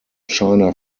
china